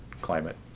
climate